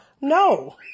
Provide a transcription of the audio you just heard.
No